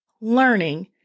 learning